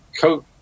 coat